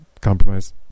compromise